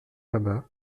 abad